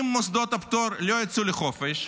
אם מוסדות הפטור לא יצאו לחופש,